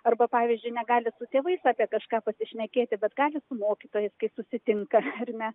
arba pavyzdžiui negali su tėvais apie kažką pasišnekėti bet gali su mokytojais kai susitinka ar ne